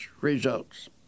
results